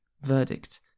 verdict